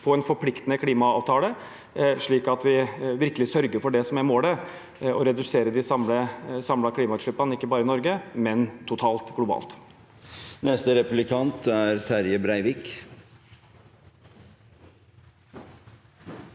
på en forpliktende klimaavtale, slik at vi virkelig sørger for det som er målet: å redusere de samlede klimautslippene – ikke bare i Norge, men totalt, dvs. globalt. Terje Breivik